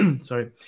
Sorry